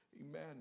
Amen